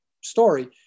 story